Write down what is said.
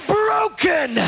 broken